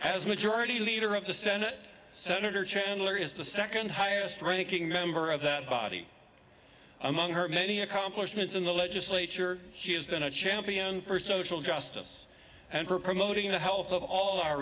as majority leader of the senate sen chandler is the second highest ranking member of that body among her many accomplishments in the legislature she has been a champion for social justice and for promoting the health of all our